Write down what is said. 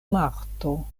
marto